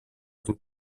του